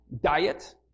Diet